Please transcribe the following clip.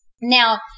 Now